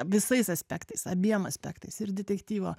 visais aspektais abiem aspektais ir detektyvo